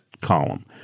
column